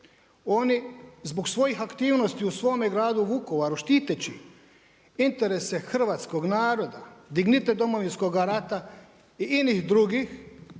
oni zbog svojih aktivnosti u svome gradu Vukovaru štiteći interese hrvatskog naroda, dignitet Domovinskoga rata inih drugih